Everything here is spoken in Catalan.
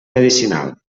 medicinal